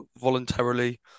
voluntarily